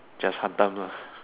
just have done lah